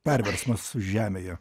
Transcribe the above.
perversmas žemėje